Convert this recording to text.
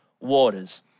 waters